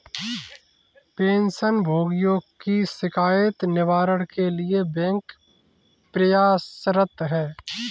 pension भोगियों की शिकायत निवारण के लिए बैंक प्रयासरत है